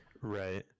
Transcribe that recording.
right